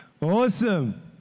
Awesome